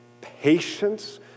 patience